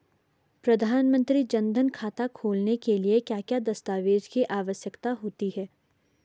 प्रधानमंत्री जन धन खाता खोलने के लिए क्या क्या दस्तावेज़ की आवश्यकता होती है?